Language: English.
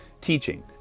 teaching